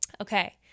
Okay